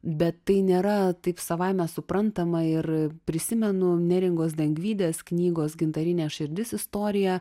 bet tai nėra taip savaime suprantama ir prisimenu neringos dangvydės knygos gintarinė širdis istoriją